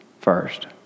first